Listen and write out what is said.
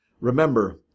Remember